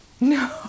No